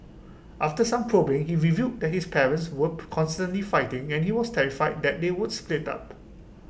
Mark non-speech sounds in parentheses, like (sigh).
after some probing he revealed that his parents were (unintelligible) constantly fighting and he was terrified that they would split up